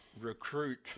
recruit